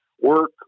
work